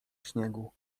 śniegu